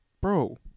bro